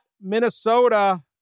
Minnesota